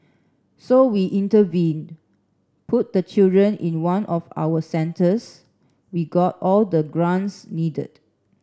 so we intervened put the children in one of our centres we got all the grants needed